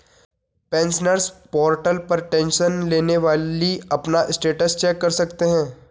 pensioners portal पर tension लेने वाली अपना स्टेटस चेक कर सकते हैं